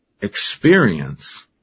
experience